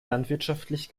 landwirtschaftlich